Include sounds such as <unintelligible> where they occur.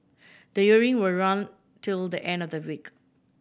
the <unintelligible> will run till the end of the week